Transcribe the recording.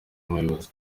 umuyobozi